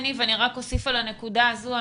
אני רק אוסיף על הנקודה הזו.